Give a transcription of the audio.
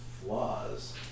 flaws